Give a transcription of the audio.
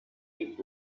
heat